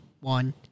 one